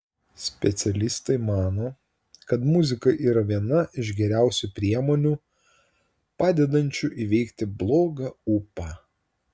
specialistai mano kad muzika yra viena iš geriausių priemonių padedančių įveikti blogą ūpą